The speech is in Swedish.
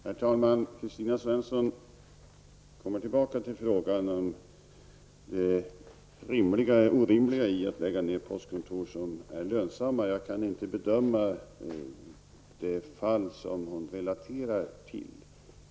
Herr talman! Kristina Svensson kommer tillbaka till frågan om det rimliga eller orimliga i att lägga ned lönsamma postkontor. Jag kan inte bedöma det fall som hon refererar.